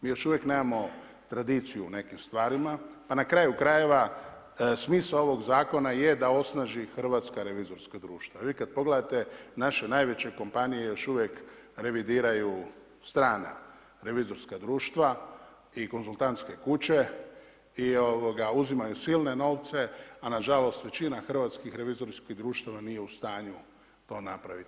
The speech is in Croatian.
Mi još uvijek nemamo tradiciju u nekim stvarima pa na kraju krajeva, smisao ovog zakona je da osnaži hrvatska revizorska društva. vi kad pogledate naše najveće kompanije još uvijek revidiraju strana revizorska društva i konzultantske kuće i uzimaju silne novce a nažalost većina hrvatskih revizorskih društava nije u stanju to napraviti.